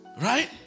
Right